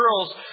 girls